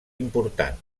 important